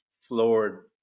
floored